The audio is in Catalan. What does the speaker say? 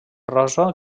rosa